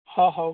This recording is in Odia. ହଁ ହଉ